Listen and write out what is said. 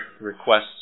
requests